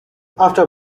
after